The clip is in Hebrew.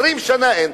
20 שנה אין,